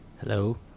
Hello